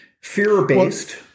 Fear-based